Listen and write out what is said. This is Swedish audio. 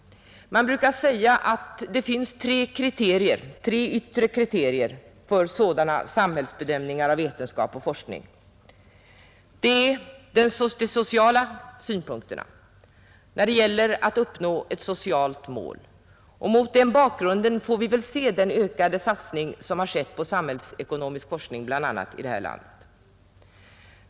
Man brukar säga att det finns tre yttre kriterier för sådana samhällsbedömningar av vetenskap och forskning. Det är de sociala synpunkterna där det gäller att uppnå ett socialt mål. Mot den bakgrunden får vi se den ökade satsning som gjorts på bl.a. samhällsforskning i vårt land.